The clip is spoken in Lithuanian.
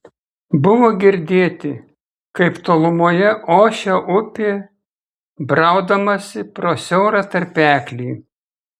buvo girdėti kaip tolumoje ošia upė braudamasi pro siaurą tarpeklį